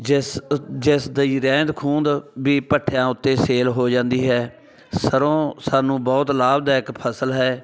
ਜਿਸ ਜਿਸ ਦੀ ਰਹਿੰਦ ਖੂੰਦ ਵੀ ਭੱਠਿਆਂ ਉੱਤੇ ਸੇਲ ਹੋ ਜਾਂਦੀ ਹੈ ਸਰ੍ਹੋਂ ਸਾਨੂੰ ਬਹੁਤ ਲਾਭਦਾਇਕ ਫਸਲ ਹੈ